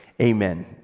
Amen